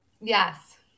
Yes